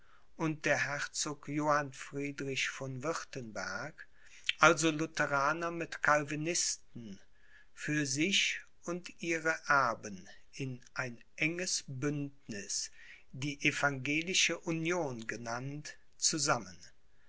und der herzog johann friedrich von wirtenberg also lutheraner mit calvinisten für sich und ihre erben in ein enges bündniß die evangelische union genannt zusammen